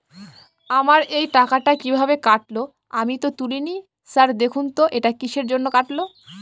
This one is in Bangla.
আমার এই টাকাটা কীভাবে কাটল আমি তো তুলিনি স্যার দেখুন তো এটা কিসের জন্য কাটল?